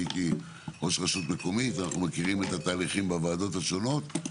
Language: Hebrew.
הייתי ראש רשות מקומית ואנחנו מכירים את התהליכים בוועדות השונות.